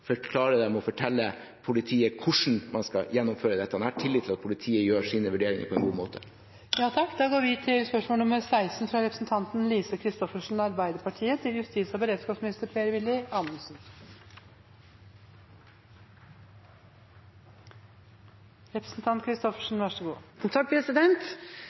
fortelle politiet hvordan man skal gjennomføre dette. Jeg har tillit til at politiet gjør sine vurderinger på en god